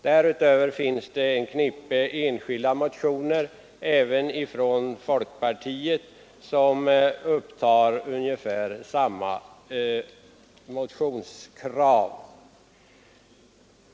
Därutöver finns ett knippe enskilda motioner, även från folkpartiet, som upptar ungefär samma krav.